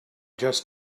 just